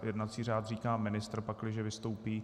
Jednací řád říká ministr, pakliže vystoupí.